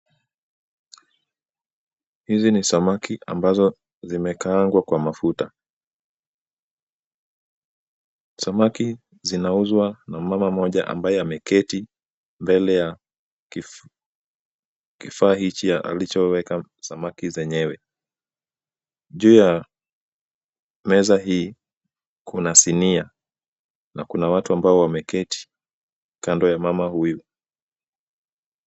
Hizi ni samaki ambazo zimekaangwa kwa mafuta. Samaki zinauzwa na mama mmoja ambaye ameketi mbele ya kifaa hiki alichoweka samaki zenyewe. Juu ya meza hii kuna sinia na kuna watu ambao wameketi kando ya mama huyu.